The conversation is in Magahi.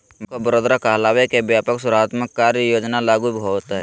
बैंक ऑफ बड़ौदा कहलकय कि व्यापक सुधारात्मक कार्य योजना लागू होतय